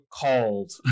called